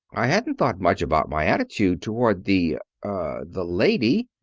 i hadn't thought much about my attitude toward the er the lady,